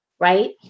right